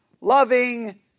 loving